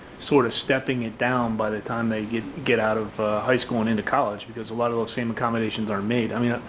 sort of stepping it down by the time they get get out of high school and into college, because a lot of those same accommodations are made. i mean,